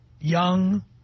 Young